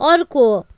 अर्को